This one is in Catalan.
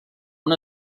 una